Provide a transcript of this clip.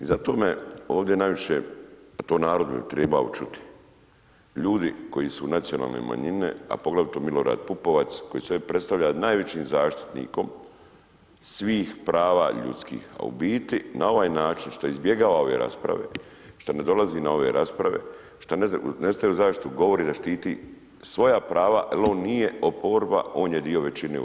I zato me ovdje najviše, to je narod trebao čuti, ljudi koji su nacionalne manjine a poglavito Milorad Pupovac koji se ovdje predstavlja najvećim zaštitnikom svih prava ljudskih a u biti na ovaj način što izbjegava ove rasprave, što ne dolazi na ove rasprave, što ne stavi u zaštitu govori da štiti svoja prava jer on nije oporba, on je dio većine u RH.